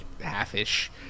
half-ish